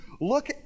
look